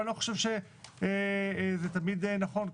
אני לא חושב שזה תמיד נכון,